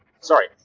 Sorry